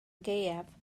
gaeaf